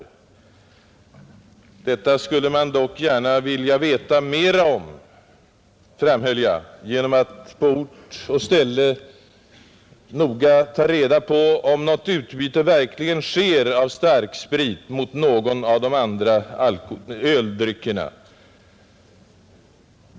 Jag framhöll att man dock gärna skulle vilja få veta mera om detta genom att på ort och ställe noga ta reda på om något utbyte verkligen sker av starksprit mot någon av öldryckerna.